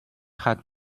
hat